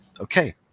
okay